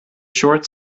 short